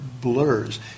blurs